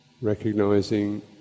Recognizing